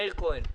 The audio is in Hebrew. מאיר כהן.